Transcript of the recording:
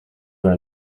were